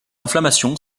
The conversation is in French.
inflammation